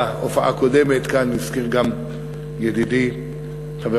בהופעה הקודמת כאן הזכיר גם ידידי חבר